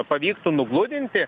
pavyktų nugludinti